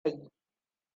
yi